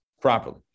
properly